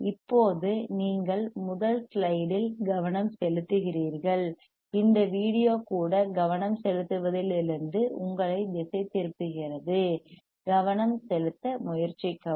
இப்போது நீங்கள் முதல் ஸ்லைடில் கவனம் செலுத்துகிறீர்கள் இந்த வீடியோ கூட கவனம் செலுத்துவதில் இருந்து உங்களை திசை திருப்புகிறது கவனம் செலுத்த முயற்சிக்கவும்